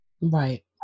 Right